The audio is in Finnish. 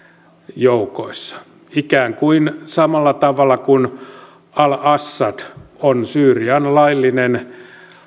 joukoissa samalla tavalla kuin al assad on syyrian laillinen